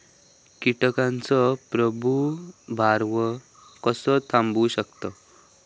कीटकांचो प्रादुर्भाव कसो थांबवू शकतव?